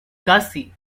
gussie